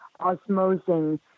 osmosing